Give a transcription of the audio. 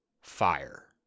Fire